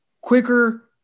quicker